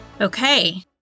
okay